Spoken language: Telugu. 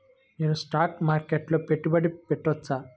నేను స్టాక్ మార్కెట్లో పెట్టుబడి పెట్టవచ్చా?